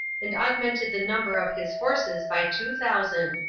and augmented the number of his horses by two thousand,